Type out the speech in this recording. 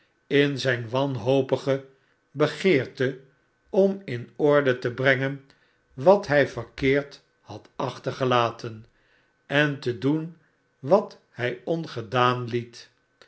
in zijn wanhopige begeerte om inordete brengen wat hij verkeerd had achtergelaten en te doen wat hij ongedaan liet